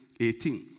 18